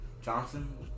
Johnson